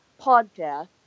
podcast